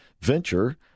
venture